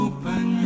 Open